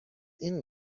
این